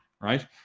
right